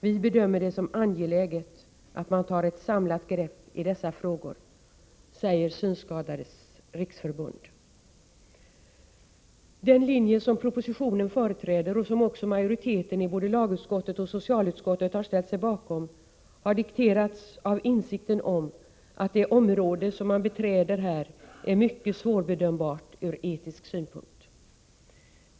Vi bedömer det som angeläget att man tar ett samlat grepp i dessa frågor.” Den linje som propositionen företräder och som också majoriteten i både lagutskottet och socialutskottet har ställt sig bakom har dikterats av insikten om att det område som man beträder här är mycket svårbedömbart ur etisk synpunkt.